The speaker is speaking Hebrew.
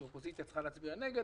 שאופוזיציה צריכה להצביע נגד,